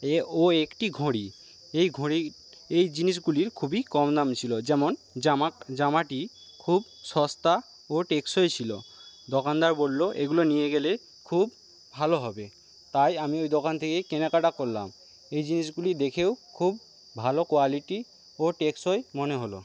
এ ও একটি ঘড়ি এই ঘড়ি এই জিনিসগুলির খুবই কম দাম ছিলো যেমন জামা জামাটি খুব সস্তা ও টেকসই ছিলো দোকানদার বললো এগুলি নিয়ে গেলে খুব ভালো হবে তাই আমি ওই দোকান থেকে কেনাকাটা করলাম এ জিনিসগুলি দেখেও খুব ভালো কোয়ালিটি ও টেকসই মনে হলো